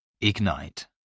Ignite